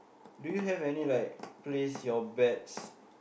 do you have any like place your bets